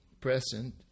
present